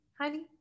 honey